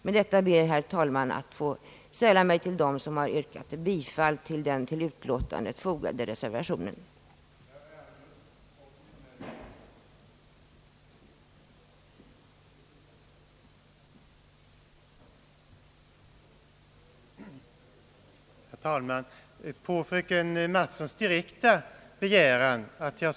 Med detta ber jag, herr talman, att få sälla mig till dem som har yrkat bifall till den vid utskottsutlåtandet fogade reservationen 1.